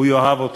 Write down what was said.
הוא יאהב אותך.